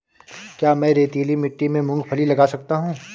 क्या मैं रेतीली मिट्टी में मूँगफली लगा सकता हूँ?